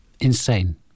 insane